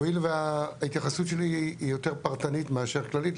הואיל וההתייחסות שלי היא יותר פרטנית מאשר כללית,